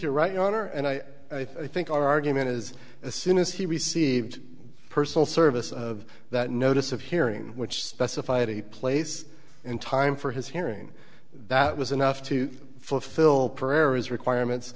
you're right your honor and i i think our argument is as soon as he received personal service of that notice of hearing which specified a place in time for his hearing that was enough to fulfill prayer is requirements